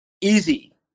easy